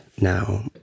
now